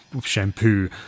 shampoo